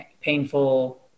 painful